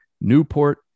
Newport